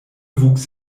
wuchs